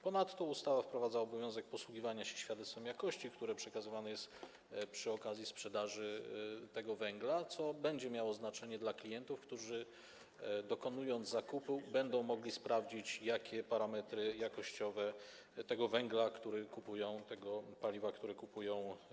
Ponadto ustawa wprowadza obowiązek posługiwania się świadectwem jakości, które przekazywane jest przy okazji sprzedaży tego węgla, co będzie miało znaczenie dla klientów, którzy dokonując zakupu, będą mogli sprawdzić, jakie są parametry jakościowe węgla, który kupują, i paliwa, które kupują.